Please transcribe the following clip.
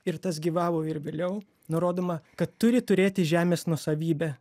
ir tas gyvavo ir vėliau nurodoma kad turi turėti žemės nuosavybę